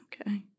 Okay